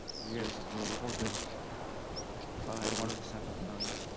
here's a portrait by one of the saint-aubins,